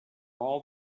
all